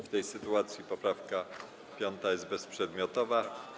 W tej sytuacji poprawka 5. jest bezprzedmiotowa.